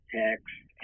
text